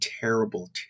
terrible